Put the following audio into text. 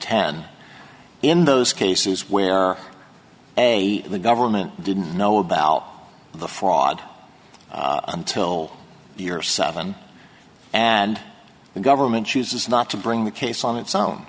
ten in those cases where a the government didn't know about the fraud until the year seven and the government chooses not to bring the case on its own